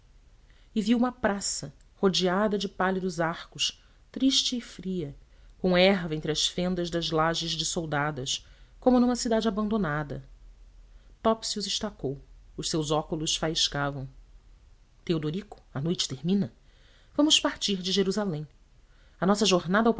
e vi uma praça rodeada de pálidos arcos triste e fria com erva entre as fendas das lajes dessoldadas como numa cidade abandonada topsius estacou os seus óculos faiscavam teodorico a noite termina vamos partir de jerusalém a nossa jornada